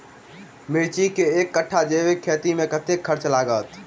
मिर्चा केँ एक कट्ठा जैविक खेती मे कतेक खर्च लागत?